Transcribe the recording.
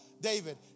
David